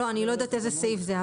אני לא יודעת איזה סעיף זה,